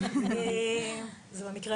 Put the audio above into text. כל מה